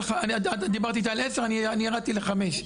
את דיברת איתי על עשר, אני ירדתי לחמש.